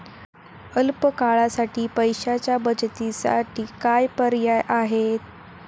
अल्प काळासाठी पैशाच्या बचतीसाठी काय पर्याय आहेत?